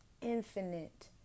infinite